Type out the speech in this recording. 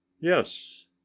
Yes